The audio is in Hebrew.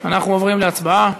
אנחנו עוברים להצבעה.